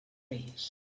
país